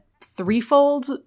threefold